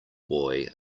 boy